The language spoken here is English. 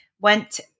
went